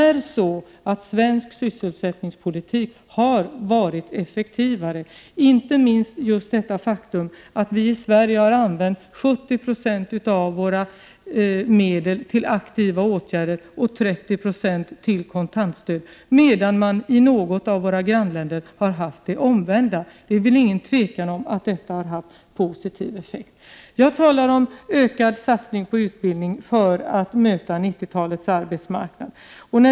Svensk sysselsättningspolitik har varit effektivare. Inte minst just detta faktum att vi i Sverige har använt 70 96 av våra medel till aktiva åtgärder och 30 90 till kontantstöd, medan man i något av våra grannländer har haft det omvända förhållandet, råder det väl ingen tvekan om har haft positiv effekt. Jag talar om ökad satsning på utbildning för att möta 90-talets arbetsmarknad.